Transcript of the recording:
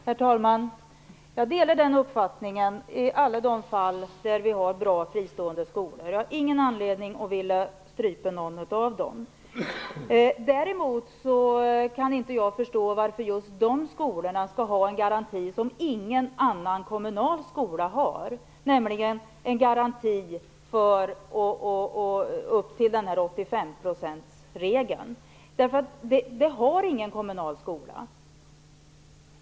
Herr talman! Jag delar den uppfattningen, i alla de fall där vi har bra fristående skolor. Jag har ingen anledning att vilja strypa någon av dem. Däremot kan jag inte förstå varför just de skolorna skall ha en garanti som ingen annan kommunal skola har, nämligen en garanti vad gäller 85-procentsregeln. Det har ingen kommunal skola.